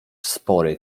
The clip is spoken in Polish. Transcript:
spory